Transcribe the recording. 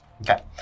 Okay